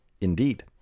Indeed